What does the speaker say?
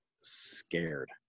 scared